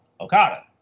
Okada